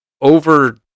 over